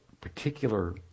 particular